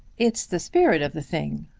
it's the spirit of the thing,